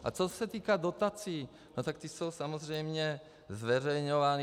A co se týká dotací, tak ty jsou samozřejmě zveřejňovány.